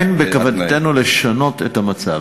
אין בכוונתנו לשנות את המצב.